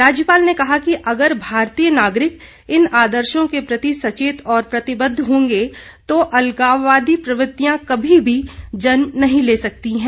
राज्यपाल ने कहा कि अगर भारतीय नागरिक इन आदर्शों के प्रति सचेत और प्रतिबद्ध होंगे तो अलगाववादी प्रवृतियां कहीं भी जन्म नहीं ले सकती हैं